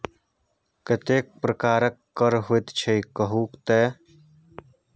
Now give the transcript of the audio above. कतेक प्रकारक कर होइत छै कहु तए